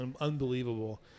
unbelievable